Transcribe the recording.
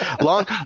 long